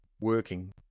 working